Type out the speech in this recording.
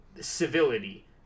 civility